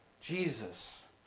Jesus